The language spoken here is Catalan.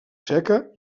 seca